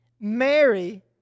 Mary